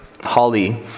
Holly